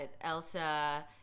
elsa